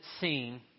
seen